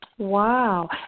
Wow